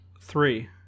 three